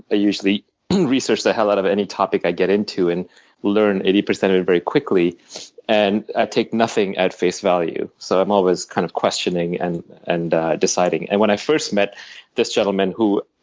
i usually research the hell out of any topic i get into and learn eighty percent of it very quickly and i take nothing at face value. so i'm always kind of questioning and and deciding. and when i first met this gentleman who,